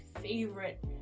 favorite